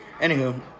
Anywho